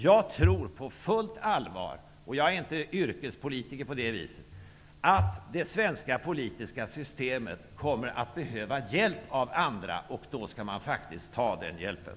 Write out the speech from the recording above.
Jag tror på fullt allvar -- jag är inte yrkespolitiker på det viset -- att det svenska politiska systemet kommer att behöva hjälp av andra, och då skall man ta den hjälpen.